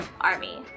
army